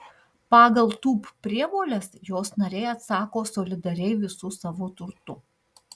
pagal tūb prievoles jos nariai atsako solidariai visu savo turtu